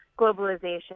globalization